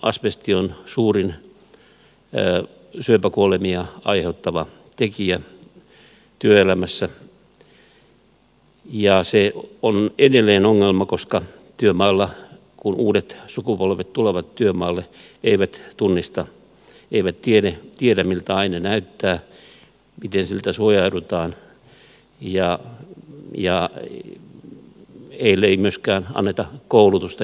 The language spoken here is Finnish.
asbesti on suurin syöpäkuolemia aiheuttava tekijä työelämässä ja se on edelleen ongelma koska kun uudet sukupolvet tulevat työmaalle he eivät tunnista eivät tiedä miltä aine näyttää miten siltä suojaudutaan ja heille ei myöskään anneta koulutusta